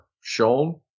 shown